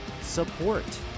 support